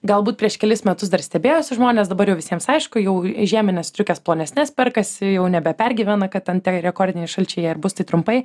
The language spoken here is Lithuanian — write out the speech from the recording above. galbūt prieš kelis metus dar stebėjosi žmonės dabar jau visiems aišku jau žiemines striukes plonesnes perkasi jau nebepergyvena kad ten tie rekordiniai šalčiai jie ar bus tai trumpai